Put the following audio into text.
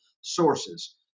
sources